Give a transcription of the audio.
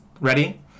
ready